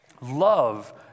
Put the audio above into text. Love